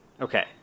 Okay